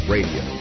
Radio